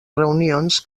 reunions